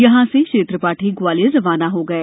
यहाँ से श्री त्रिपाठी ग्वालियर रवाना हो गए